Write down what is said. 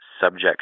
subject